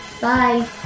Bye